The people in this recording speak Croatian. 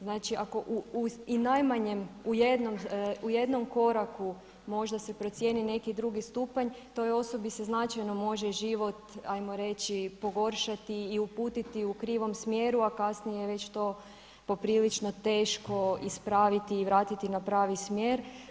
Znači ako i u najmanjem, u jednom koraku možda se procijeni neki drugi stupanj toj osobi se značajno može život hajmo reći pogoršati i uputiti u krivom smjeru, a kasnije je to već poprilično teško ispraviti i vratiti na pravi smjer.